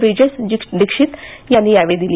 ब्रिजेश दीक्षित यांनी यावेळी दिली